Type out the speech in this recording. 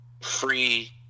free